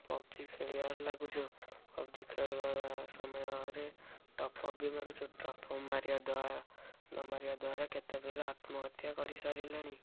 PUBG ଖେଳିବାରେ ଲାଗୁଛୁ PUBG ଖେଳିବା ସମୟରେ ଟପ୍ଅପ୍ ବି ମାରୁଛୁ ଟପ୍ଅପ୍ ମାରିବା ଦ୍ଵାରା ନ ମାରିବା ଦ୍ଵାରା କେତେ ପିଲା ଆତ୍ମହତ୍ୟା କରିସାରିଲେଣି